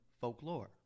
folklore